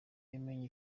yamenye